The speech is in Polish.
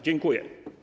Dziękuję.